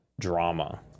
drama